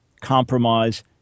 compromise